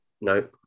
No